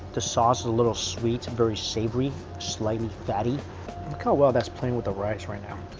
the sauce is a little sweet, very savory, slightly fatty. look how well that's playing with the rice right now.